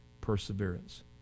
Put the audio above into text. perseverance